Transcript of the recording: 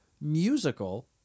musical